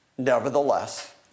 Nevertheless